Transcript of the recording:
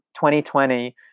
2020